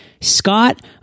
Scott